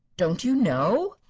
don't you know?